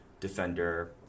defender